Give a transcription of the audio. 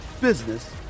business